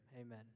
Amen